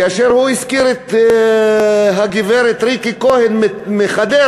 כאשר הוא הזכיר את הגברת ריקי כהן מחדרה,